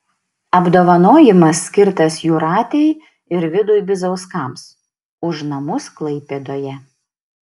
apdovanojimas skirtas jūratei ir vidui bizauskams už namus klaipėdoje